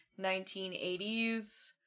1980s